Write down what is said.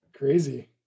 crazy